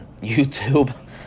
youtube